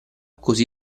così